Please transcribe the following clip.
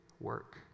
work